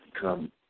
come